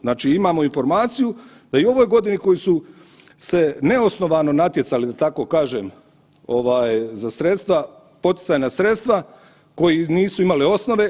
Znači imamo informaciju da i u ovoj godini u kojoj su se neosnovano natjecali, da tako kažem za poticajna sredstva koji nisu imali osnove.